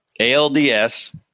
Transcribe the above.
ALDS